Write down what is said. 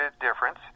Difference